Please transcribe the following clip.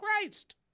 Christ